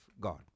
God